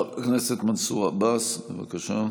חבר הכנסת מנסור עבאס, בבקשה.